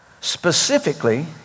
specifically